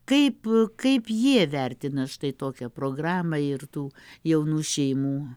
kaip kaip jie vertina štai tokią programą ir tų jaunų šeimų